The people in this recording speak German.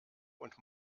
und